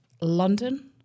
London